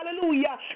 hallelujah